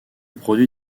produit